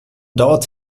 dort